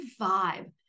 vibe